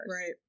Right